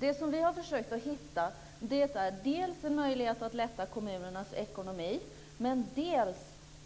Det som vi har försökt att hitta är dels en möjlighet att förbättra kommunernas ekonomi, dels